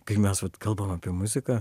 kai mes vat kalbam apie muziką